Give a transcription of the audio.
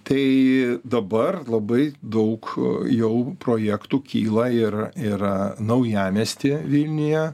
tai dabar labai daug jau projektų kyla ir ir naujamiesty vilniuje